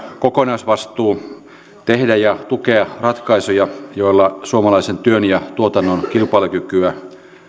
kokonaisvastuu tehdä ja tukea ratkaisuja joilla suomalaisen työn ja tuotannon kilpailukykyä